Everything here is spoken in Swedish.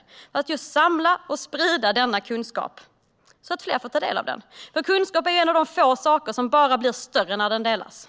Det gör man för att just samla och sprida denna kunskap, så att fler får ta del av den. Kunskap är en av de få saker som bara blir större när de delas.